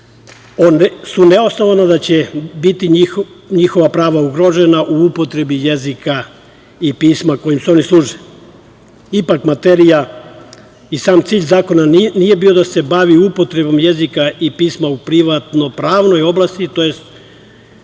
su neosnovani da će biti njihova prava ugrožena u upotrebi jezika i pisma kojim se oni služe. Ipak, materija i sam cilj zakona nije bio da se bavi upotrebom jezika i pisma u privatno-pravnoj oblasti, tj.